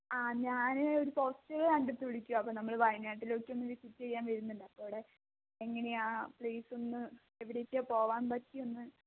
ആ ഞാൻ ഒരു പോസ്റ്ററ് കണ്ടിട്ട് വിളിക്കുവാ അപ്പോൾ നമ്മൾ വയനാട്ടിലോട്ടൊന്ന് വിസിറ്റ് ചെയ്യാൻ വരുന്നുണ്ട് അപ്പോൾ അവിടെ എങ്ങനെയാ പ്ലേസ് ഒന്ന് എവിടെയൊക്കെ പോകാൻ പറ്റിയത് ഒന്ന്